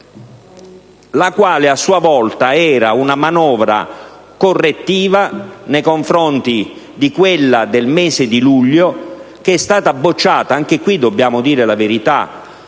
la quale a sua volta era una manovra correttiva nei confronti di quella del mese di luglio, bocciata nei tempi - anche qui dobbiamo dire la verità